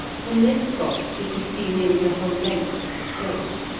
from this spot he could see nearly the whole length of the strait,